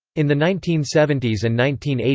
in the nineteen seventy s and nineteen eighty